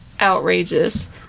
outrageous